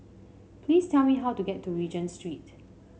please tell me how to get to Regent Street